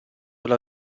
alla